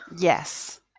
Yes